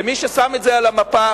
ומי ששם את זה על המפה,